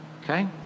okay